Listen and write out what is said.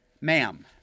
Ma'am